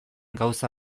gauza